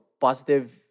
positive